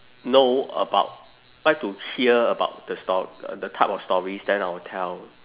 know about like to hear about the stor~ the type of stories then I'll tell